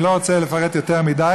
אני לא רוצה לפרט יותר מדי,